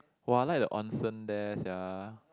!wah! I like the onsen there sia